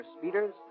speeders